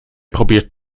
probeert